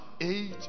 eight